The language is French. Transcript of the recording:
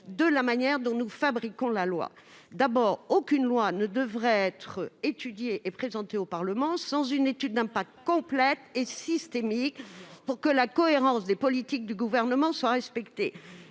de la manière dont nous fabriquons la loi. Aucun texte ne devrait être présenté au Parlement sans une étude d'impact complète et systémique, pour que la cohérence des politiques du Gouvernement soit respectée.